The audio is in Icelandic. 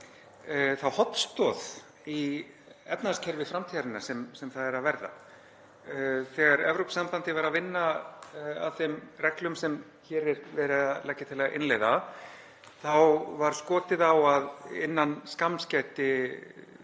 þá hornstoð í efnahagskerfi framtíðarinnar sem það er að verða. Þegar Evrópusambandið var að vinna að þeim reglum sem hér er verið að leggja til að innleiða var skotið á að innan skamms gæti það